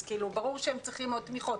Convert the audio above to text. אז ברור שהם צריכים עוד תמיכות.